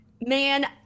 man